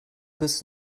bis